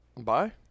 Bye